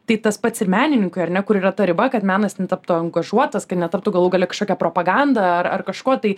tai tas pats ir menininkui ar ne kur yra ta riba kad menas netaptų angažuotas kaip netartų galų gale kažkokia propaganda ar ar kažkuo tai